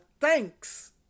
thanks